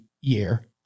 year